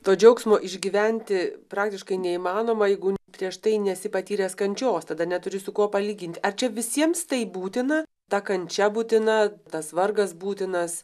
to džiaugsmo išgyventi praktiškai neįmanoma jeigu prieš tai nesi patyręs kančios tada neturi su kuo palygint ar čia visiems tai būtina ta kančia būtina tas vargas būtinas